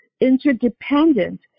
interdependent